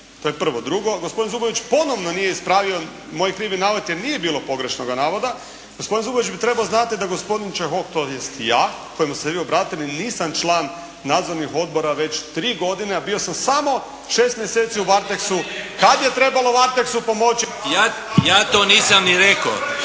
To je prvo. Drugo, gospodin Zubović ponovo nije ispravio moj krivi navod jer nije bilo pogrešnoga navoda. Gospodin Zubović bi trebao znati da gospodin Čehok tj. ja kojemu ste se vi obratili nisam član nadzornih odbora već tri godine, a bio sam samo 6 mjeseci u Varteksu kad je trebalo Varteksu pomoći. … /Upadica: